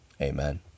Amen